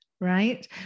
Right